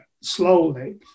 slowly